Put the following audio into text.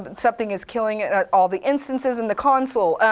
but something is killing all the instances in the console,